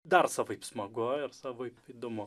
dar savaip smagu ir savaip įdomu